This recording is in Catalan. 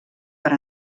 per